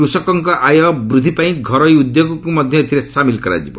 କୃଷକଙ୍କ ଆୟ ବୃଦ୍ଧିପାଇଁ ଘରୋଇ ଉଦ୍ୟୋଗୀଙ୍କୁ ମଧ୍ୟ ଏଥିରେ ସାମିଲ୍ କରାଯିବ